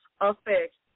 affects